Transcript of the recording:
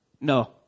No